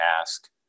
ask